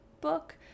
book